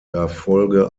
erfolge